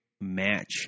match